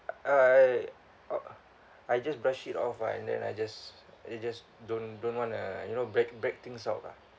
I oh I just brush it off ah and then I just I just don't don't want a you know break break things out ah